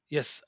Yes